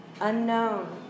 unknown